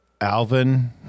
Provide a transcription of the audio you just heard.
Alvin